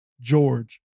George